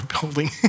building